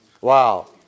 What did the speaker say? Wow